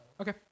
Okay